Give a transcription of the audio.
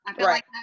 Right